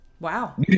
Wow